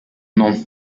non